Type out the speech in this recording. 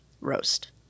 Roast